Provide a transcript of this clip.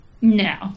No